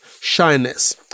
shyness